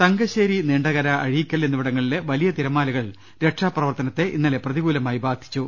തങ്കശ്ശേരി നീണ്ടകര അഴീക്കൽ എന്നിവിടങ്ങളിലെ വലിയ തിരമാലകൾ രക്ഷാപ്രവർത്തനത്തെ ഇന്നലെ പ്രതികൂലമായി ബാധി ച്ചു